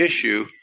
issue